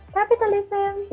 Capitalism